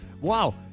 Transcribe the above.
Wow